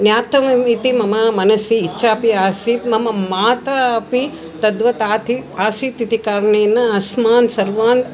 ज्ञातव्यम् इति मम मनसि इच्छा अपि आसीत् मम माता अपि तद्वत् आसीत् आसीत् इति कारणेन अस्मान् सर्वान्